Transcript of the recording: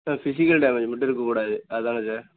sir physical damage மட்டும் இருக்கக்கூடாது அதுதானே சார்